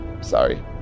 Sorry